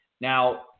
Now